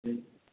جی